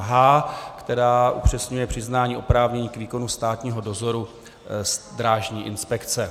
H, která upřesňuje přiznání oprávnění k výkonu státního dozoru Drážní inspekce.